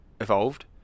evolved